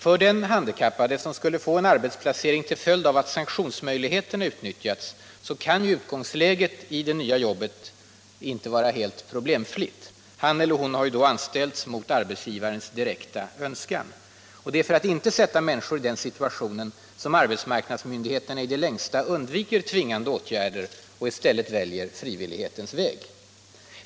För den handikappade som får en arbetsplacering till följd av att sanktionsmöjligheterna utnyttjats kan utgångsläget i det nya jobbet inte vara helt problemfritt. Han eller hon har ju då anställts mot arbetsgivarens direkta önskan. Och det är för att inte sätta människor i den situationen som arbetsmarknadsmyndigheterna i det längsta undviker tvingande åtgärder och i stället väljer frivillighetens väg.